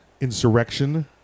insurrection